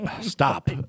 Stop